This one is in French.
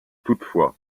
toutefois